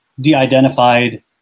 de-identified